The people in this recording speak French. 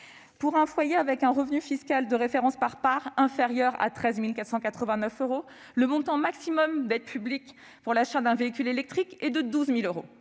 Pour un foyer dont le revenu fiscal de référence par part est inférieur à 13 489 euros, le montant maximal d'aide publique pour l'achat d'un véhicule électrique est de 12 000 euros.